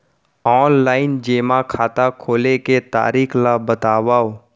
Online जेमा खाता खोले के तरीका ल बतावव?